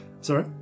Sorry